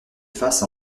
face